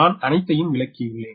நான் அனைத்தையும் விளக்கியுள்ளேன்